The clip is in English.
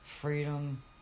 Freedom